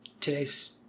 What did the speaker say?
today's